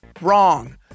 Wrong